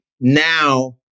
now